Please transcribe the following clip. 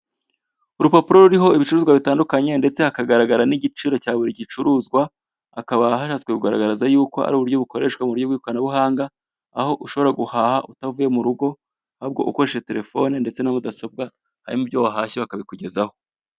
Urupapuro ruriho ibicuruzwa bitandukanye ndetse hakagaragara n'igiciro cya buri gicuruzwa, akaba hasatswe kugaragaza yuko ari uburyo bukoreshwa mu buryo bw'ikoranabuhanga, aho ushobora guhaha utavuye mu rugo ahubwo ukoreshaje terefone ndetse na mudasobwa hanyuma ibyo wahashye bakabikugezaho.